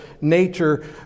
nature